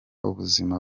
ubuzima